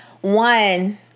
One